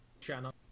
channel